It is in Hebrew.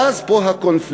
ואז פה הקונפליקט.